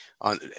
on